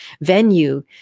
venue